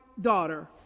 daughter